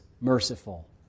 merciful